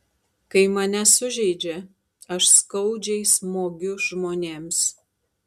kai mane sužeidžia aš skaudžiai smogiu žmonėms